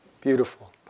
beautiful